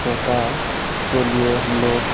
तोता उसके लिए हम लोग